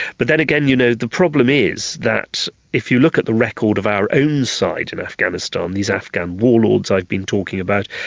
but then again, you know the problem is that if you look at the record of our own side in afghanistan, these afghan warlords i've been talking about,